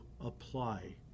apply